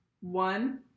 One